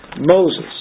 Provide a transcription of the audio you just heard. Moses